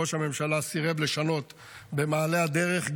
ראש הממשלה סירב לשנות במעלה הדרך,